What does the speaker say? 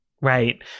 right